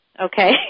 Okay